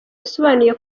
yasobanuye